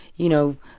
you know,